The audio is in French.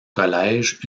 collège